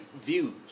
views